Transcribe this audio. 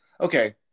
Okay